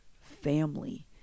family